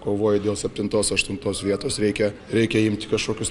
kovoji dėl septintos aštuntos vietos reikia reikia imti kažkokius